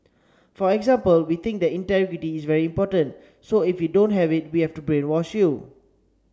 for example we think that integrity is very important so if you don't have it we have to brainwash you